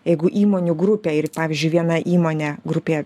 jeigu įmonių grupę ir pavyzdžiui vieną įmonę grupėje